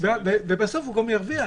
ובסוף הוא גם ירוויח.